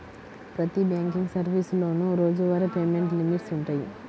ప్రతి బ్యాంకింగ్ సర్వీసులోనూ రోజువారీ పేమెంట్ లిమిట్స్ వుంటయ్యి